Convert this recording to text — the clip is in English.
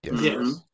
Yes